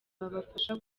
babasha